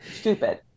Stupid